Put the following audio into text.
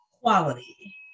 Quality